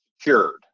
cured